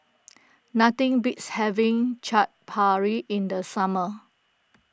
nothing beats having Chaat Papri in the summer